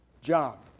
job